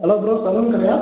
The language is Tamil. ஹலோ ப்ரோ சலூன் கடையா